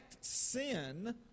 sin